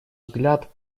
взгляд